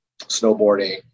snowboarding